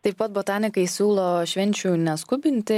taip pat botanikai siūlo švenčių neskubinti